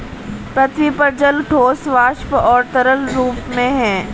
पृथ्वी पर जल ठोस, वाष्प और तरल रूप में है